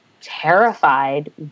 terrified